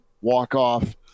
walk-off